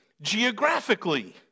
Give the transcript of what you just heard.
geographically